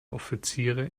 offiziere